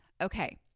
okay